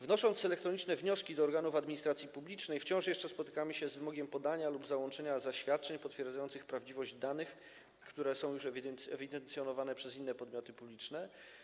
Wnosząc elektroniczne wnioski do organów administracji publicznej, wciąż jeszcze spotykamy się z wymogiem podania lub załączenia zaświadczeń potwierdzających prawdziwość danych, które są już ewidencjonowane przez inne podmioty publiczne.